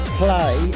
play